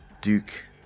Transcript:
Duke